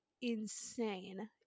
insane